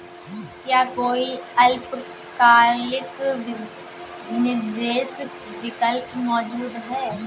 क्या कोई अल्पकालिक निवेश विकल्प मौजूद है?